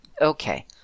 Okay